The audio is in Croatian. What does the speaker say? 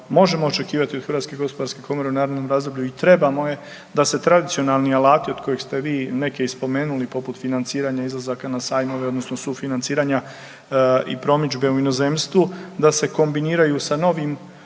možemo očekivati od HGK u narednom razdoblju i trebamo je da se tradicionalni alati od kojih ste vi neke i spomenuli poput financiranja izlazaka na sajmove odnosno sufinanciranja i promidžbe u inozemstvu, da se kombiniraju sa novim